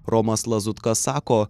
romas lazutka sako